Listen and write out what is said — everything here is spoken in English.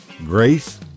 Grace